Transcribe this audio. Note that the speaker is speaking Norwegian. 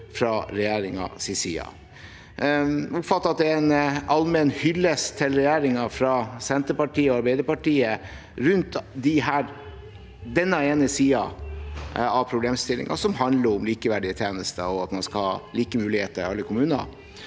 fra regjeringens side. Jeg oppfatter at det er en allmenn hyllest til regjeringen fra Senterpartiet og Arbeiderpartiet rundt denne ene siden av problemstillingen, som handler om likeverdige tjenester og at man skal ha like muligheter i alle kommuner.